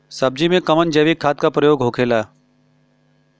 सब्जी में कवन जैविक खाद का प्रयोग होखेला?